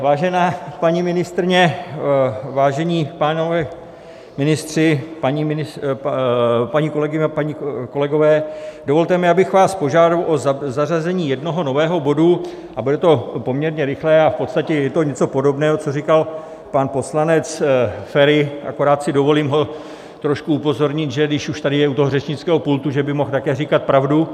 Vážená paní ministryně, vážení pánové ministři, paní kolegyně, páni kolegové, dovolte mi, abych vás požádal o zařazení jednoho nového bodu, bude to poměrně rychlé a v podstatě je to něco podobného, co říkal pan poslanec Feri, akorát si dovolím ho trošku upozornit, že když už tady je u toho řečnického pultu, že by mohl také říkat pravdu.